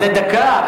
זה דקה?